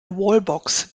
wallbox